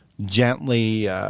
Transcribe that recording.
gently